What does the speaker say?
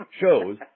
shows